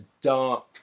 dark